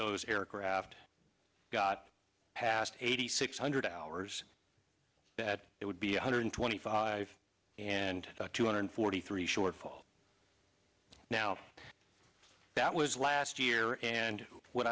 those aircraft got past eighty six hundred hours that it would be one hundred twenty five and two hundred forty three shortfall now that was last year and what